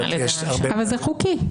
אבל זה חוקי.